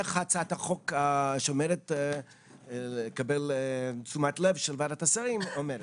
איך הצעת החוק שעומדת לקבל את תשומת הלב של ועדת השרים עומדת.